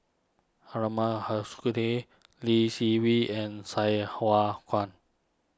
Lee Seng Wee and Sai Hua Kuan